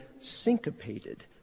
syncopated